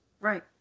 Right